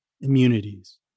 immunities